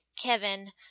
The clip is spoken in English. Kevin